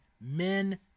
men